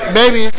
baby